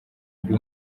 mbi